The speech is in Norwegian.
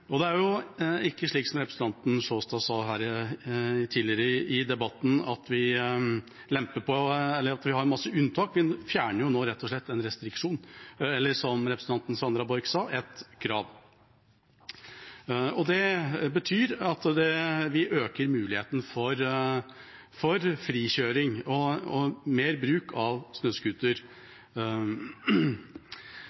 Og det er ikke slik som representanten Sjåstad sa her tidligere i debatten, at vi har masse unntak. Vi fjerner nå rett og slett en restriksjon, eller, som representanten Sandra Borch sa, et krav, og det betyr at vi øker muligheten for frikjøring og mer bruk av snøscooter.